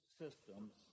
systems